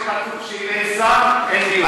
אני זוכר שכתוב שאם אין שר אין דיון.